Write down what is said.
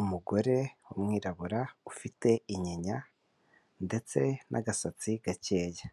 Umugore w'umwirabura, ufite inyinya ndetse n'agasatsi gakeya.